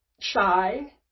shy